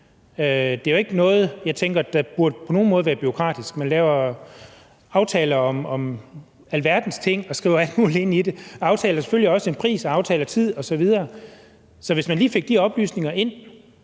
Det er ikke noget, jeg tænker på nogen måde burde være bureaukratisk. Man laver aftaler om alverdens ting og skriver alt muligt ind i det. Man aftaler selvfølgelig også en pris og aftaler tid osv. Hvis man lige fik de oplysninger ind,